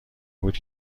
بود